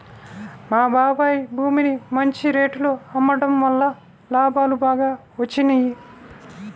మా బాబాయ్ భూమిని మంచి రేటులో అమ్మడం వల్ల లాభాలు బాగా వచ్చినియ్యి